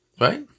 Right